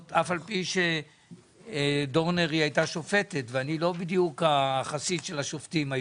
אף על פי שדורנר הייתה שופטת ואני היום לא בדיוק החסיד של השופטים.